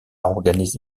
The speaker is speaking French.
organisé